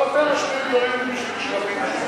גם אתם משמיעים דברים שקשים לשמוע.